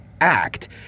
act